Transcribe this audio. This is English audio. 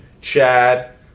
Chad